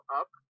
up